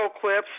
clips